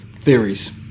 theories